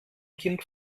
kind